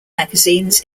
magazines